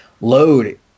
Load